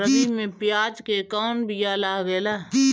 रबी में प्याज के कौन बीया लागेला?